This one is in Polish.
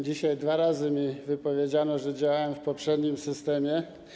Dzisiaj dwa razy mi wypomniano, że działałem w poprzednim systemie.